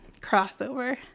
Crossover